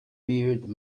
bearded